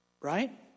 Right